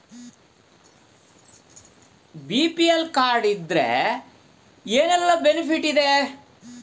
BPL card ಇದ್ರೆ ಏನೆಲ್ಲ benefit ಇದೆ?